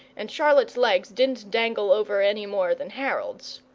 and charlotte's legs didn't dangle over any more than harold's.